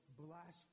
blasphemy